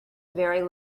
very